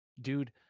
Dude